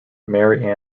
mary